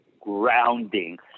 grounding